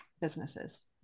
businesses